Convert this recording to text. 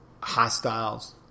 hostiles